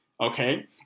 okay